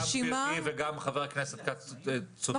גם גברתי וגם חבר הכנסת כץ צודקים.